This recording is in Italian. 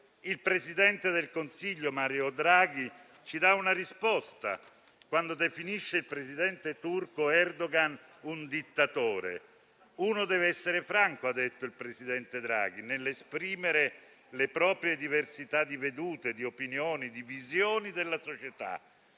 Il presidente del Consiglio Mario Draghi ci dà una risposta quando definisce il presidente turco Erdoğan un dittatore. Si deve essere franchi - ha detto il presidente Draghi - nell'esprimere le proprie diversità di vedute, di opinioni e di visioni della società